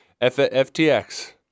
FTX